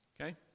Okay